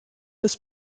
des